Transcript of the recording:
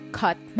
cut